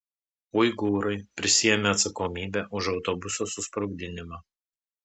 uigūrai prisiėmė atsakomybę už autobuso susprogdinimą